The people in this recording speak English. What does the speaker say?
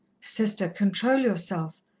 sister, control yourself.